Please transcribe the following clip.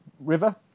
River